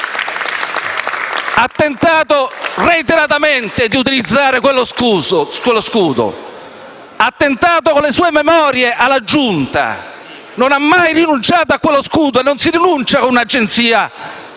Ha tentato reiteratamente di utilizzare quello scudo, e ha tentato di farlo con le sue memorie alla Giunta. Non ha mai rinunciato allo scudo, a cui non si rinuncia con un'agenzia Ansa,